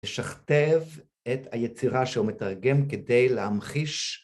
לשכתב את היצירה שהוא מתרגם כדי להמחיש